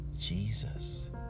Jesus